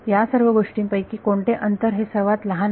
या सर्व गोष्टीं पैकी कोणते अंतर हे सर्वात लहान आहे